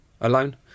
alone